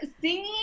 singing